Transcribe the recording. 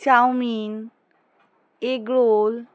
chowmein egg role